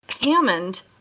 Hammond